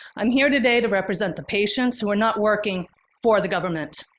i'm here today to represent the patients who are not working for the government.